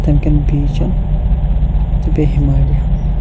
تَمہِ کیٚن بیٖچین تہٕ بیٚیہِ ہِمالِیاہن